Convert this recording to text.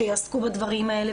שיעסקו בדברים האלה,